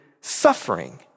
suffering